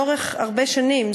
לאורך הרבה שנים,